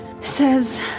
says